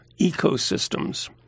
ecosystems